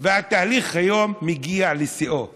והתהליך מגיע לשיאו היום.